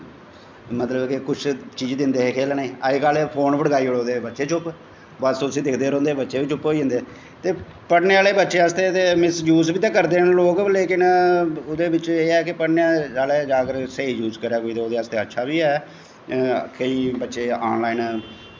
मतलव के कुछ चीज़ दिंदे हे खेलनें गी अज्ज कल फोन पड़काई ओड़दे बच्चे चुप्प बस उसी दिखदे रौंह्ते ते बच्चे बी चुप्प होई जंदे ते पढ़नें आह्लें बच्चें आस्तै मिसयूज़ बी ते करदे न लोग ते एह्दे बिच्च एह् ऐ कि पढ़नें आह्ले बच्चे न जेकर करै ते ओह्दै आस्तै अच्चा बी ऐ केंई बच्चे ऑन लाईन